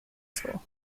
school